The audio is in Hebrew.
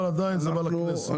אבל עדיין זה צריך להגיע לכנסת.